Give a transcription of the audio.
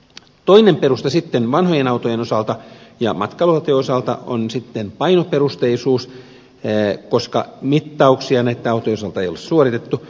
toinen peruste vanhojen autojen osalta ja matkailuautojen osalta on painoperusteisuus koska mittauksia näitten autojen osalta ei ole suoritettu